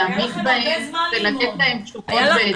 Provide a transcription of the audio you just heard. להעמיק בהם ולתת להם תשובות.